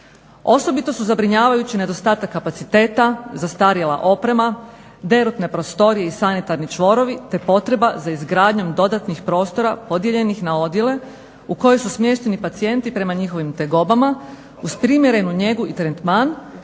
Osobito su zabrinjavajući nedostatak kapaciteta, zastarjela oprema, derutne prostorije i sanitarni čvorovi te potreba za izgradnjom dodatnih prostora podijeljenih na odjele u koje su smješteni pacijenti prema njihovim tegobama uz primjerenu njegu i tretman,